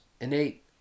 innate